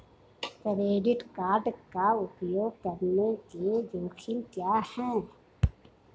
Credit card का उपयोग करने के जोखिम क्या हैं?